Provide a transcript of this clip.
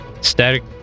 Static